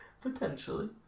Potentially